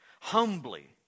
humbly